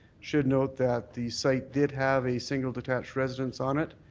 should note that the site did have a single detached residence on it.